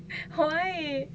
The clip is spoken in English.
why